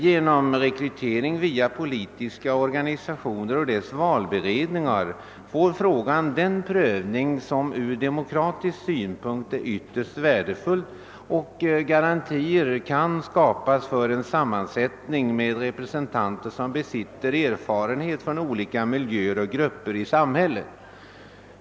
Genom rekryteringen via politiska organisationer och deras valberedningar får ärendena en prövning som från demokratisk synpunkt är ytterst värdefull och garantier kan därigenom skapas för en sammansättning med representanter som besitter erfarenhet från olika miljöer och grupper i samhället.